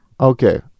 Okay